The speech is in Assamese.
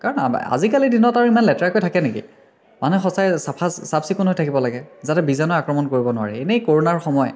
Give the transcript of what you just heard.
কাৰণ আজিকালিৰ দিনত আৰু ইমান লেতেৰাকৈ থাকে নেকি মানুহে সঁচায়ে চফা চাফ চিকুণ হৈ থাকিব লাগে যাতে বীজাণুৱে আক্ৰমণ কৰিব নোৱাৰে এনেই কৰোনাৰ সময়